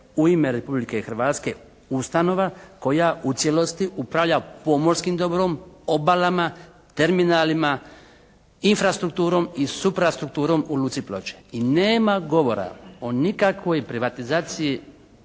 u ime Republike Hrvatske ustanova koja u cijelosti upravlja pomorskim dobrom, obalama, terminalima, infrastrukturom i suprasturkturom u luci Ploče. Nema govora o nikakvoj privatizaciji